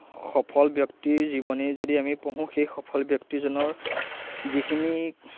সফল ব্যক্তিৰ জীৱনী যদি আমি পঢ়োঁ সেই সফল ব্যক্তিজনৰ যিখিনি